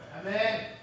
Amen